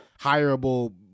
hireable